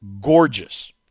gorgeous